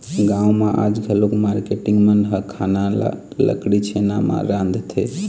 गाँव म आज घलोक मारकेटिंग मन ह खाना ल लकड़ी, छेना म रांधथे